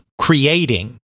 creating